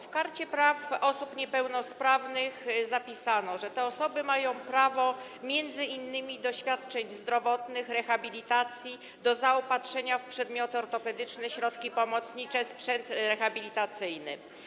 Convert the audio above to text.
W Karcie Praw Osób Niepełnosprawnych zapisano, że te osoby mają prawo m.in. do świadczeń zdrowotnych, rehabilitacji, do zaopatrzenia w przedmioty ortopedyczne, środki pomocnicze i sprzęt rehabilitacyjny.